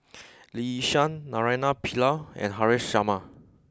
Lee Yi Shyan Naraina Pillai and Haresh Sharma